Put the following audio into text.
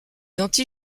anti